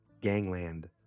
Gangland